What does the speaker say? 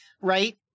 right